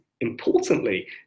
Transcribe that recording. importantly